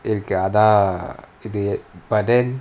இருக்கு அதான்:iruku athaan but then